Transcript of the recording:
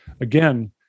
Again